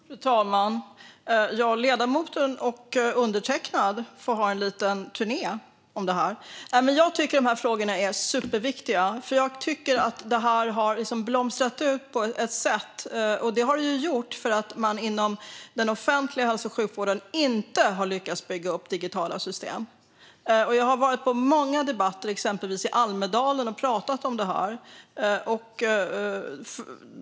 Fru talman! Ledamoten och undertecknad får ha en liten turné kring detta. Jag tycker att dessa frågor är superviktiga, för jag tycker att detta har blommat ut. Och det har det gjort för att man inom den offentliga hälso och sjukvården inte har lyckats bygga upp digitala system. Jag har varit på många debatter, exempelvis i Almedalen, och pratat om detta.